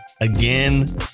Again